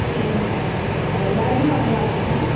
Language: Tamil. சரிங்க ஓகேங்க எல்லோருமே வரலாலங்க